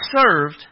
served